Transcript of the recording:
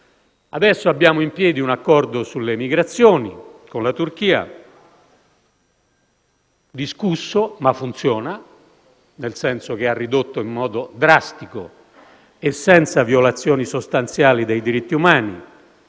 Adesso abbiamo in piedi con la Turchia un accordo sulle migrazioni; è discusso ma funziona, nel senso che ha ridotto in modo drastico e senza violazioni sostanziali dei diritti umani